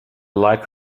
light